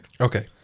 Okay